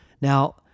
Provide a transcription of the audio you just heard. Now